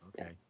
okay